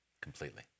completely